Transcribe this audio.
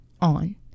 on